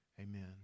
amen